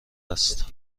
است